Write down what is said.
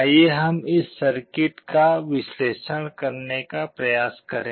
आइए हम इस सर्किट का विश्लेषण करने का प्रयास करें